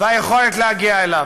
והיכולת להגיע אליו.